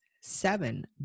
Seven